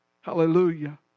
Hallelujah